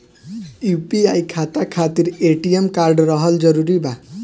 UPI खाता खातिर ATM card रहल जरूरी बा?